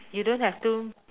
you don't have two